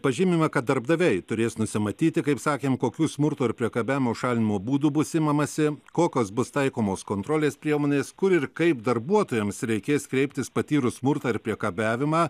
pažymima kad darbdaviai turės nusimatyti kaip sakėm kokių smurto ir priekabiavimo šaldymo būdu bus imamasi kokios bus taikomos kontrolės priemonės kur ir kaip darbuotojams reikės kreiptis patyrus smurtą ar priekabiavimą